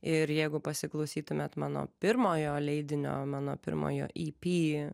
ir jeigu pasiklausytumėt mano pirmojo leidinio mano pirmojo ip